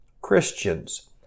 Christians